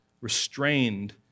restrained